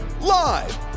live